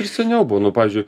ir seniau buvo nu pavyžiu